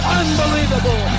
unbelievable